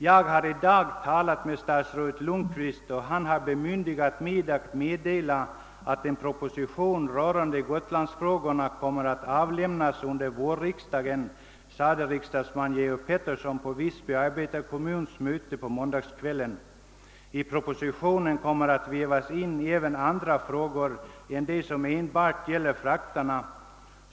— Jag har i dag talat med statsrådet Lundkvist och han har bemyndigat mig att meddela, att en proposition rörande gotlandsfrågorna kommer att avlämnas under vårriksdagen, sade riksdagsman Georg Pettersson på Visby arbetarekommuns möte på måndagskvällen. I propositionen kommer att vävas in även andra frågor än de som enbart gäller frakterna.